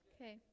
Okay